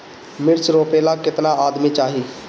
मिर्च रोपेला केतना आदमी चाही?